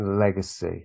legacy